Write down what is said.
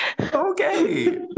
Okay